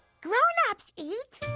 grownups eat.